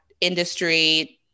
industry